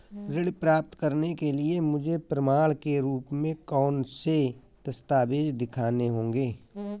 ऋण प्राप्त करने के लिए मुझे प्रमाण के रूप में कौन से दस्तावेज़ दिखाने होंगे?